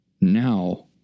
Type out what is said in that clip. now